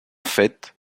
fait